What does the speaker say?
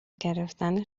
گرفتن